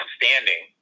standing